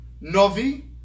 Novi